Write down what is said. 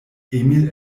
emil